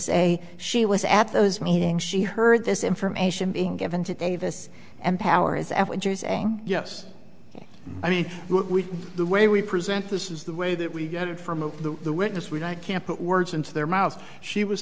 say she was at those meetings she heard this information being given to davis and power as yes i mean what we the way we present this is the way that we get it from the witness when i can't put words into their mouths she was